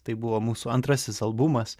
tai buvo mūsų antrasis albumas